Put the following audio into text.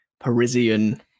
Parisian